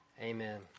Amen